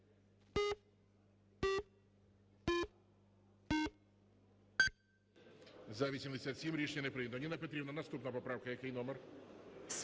За-87 Рішення не прийнято. Ніна Петрівна, наступна поправка, який номер?